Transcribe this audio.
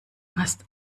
hast